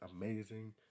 amazing